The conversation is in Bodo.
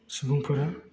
सुबुंफोरा